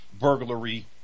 burglary